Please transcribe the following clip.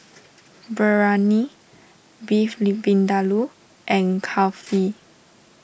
Biryani Beef Vindaloo and Kulfi